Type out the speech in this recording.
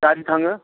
गारि थाङो